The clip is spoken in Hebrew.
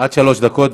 עד שלוש דקות.